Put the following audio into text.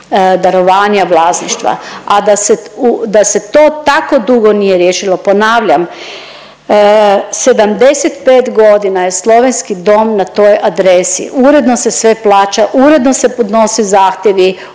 darovanja vlasništva, a da se to tako dugo nije riješilo. Ponavljam 75 godina je Slovenski dom na toj adresi. Uredno se sve plaća, uredno se podnose zahtjevi,